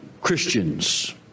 Christians